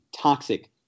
toxic